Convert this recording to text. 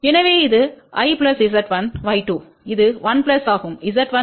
எனவே இது 1 Z1Y2 இது 1 ஆகும் Z1Y2